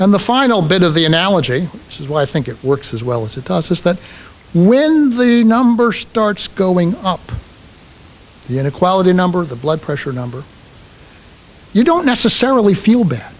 and the final bit of the analogy is why i think it works as well as it does is that when the number starts going up the inequality number the blood pressure number you don't necessarily feel bad